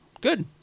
Good